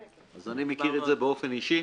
אז אני מכיר את זה באופן אישי,